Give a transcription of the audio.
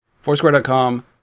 foursquare.com